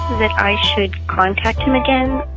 that i should contact him again.